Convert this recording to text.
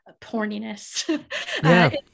porniness